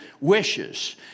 wishes